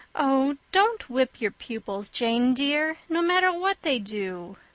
oh, don't whip your pupils, jane dear, no matter what they do.